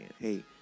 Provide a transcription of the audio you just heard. Hey